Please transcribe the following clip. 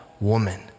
woman